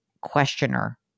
questioner